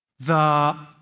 the